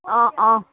অঁ অঁ